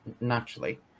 naturally